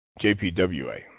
JPWA